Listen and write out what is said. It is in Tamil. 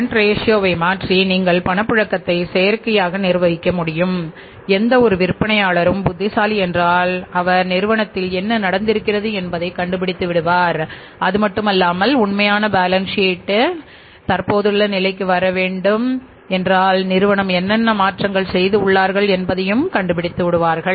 தற்போதைய விகிதங்களை கரண்ட் ரேஷியோ இருப்புநிலையில் இருந்து தற்போதுள்ள நிலைக்கு வர நிறுவனம் என்னென்ன மாற்றங்கள் செய்து உள்ளார்கள் என்பதையும் கண்டுபிடித்து விடுவார்கள்